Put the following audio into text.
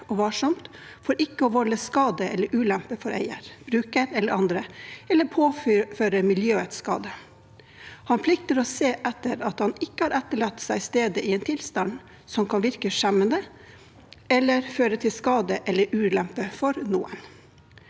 og varsomt for ikke å volde skade eller ulempe for eier, bruker eller andre, eller påføre miljøet skade. Han plikter å se etter at han ikke etterlater seg stedet i en tilstand som kan virke skjemmende eller føre til skade eller ulempe for noen.»